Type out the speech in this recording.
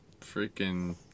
freaking